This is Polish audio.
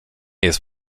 jest